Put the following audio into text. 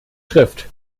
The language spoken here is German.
schrift